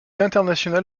international